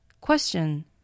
Question